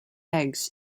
eggs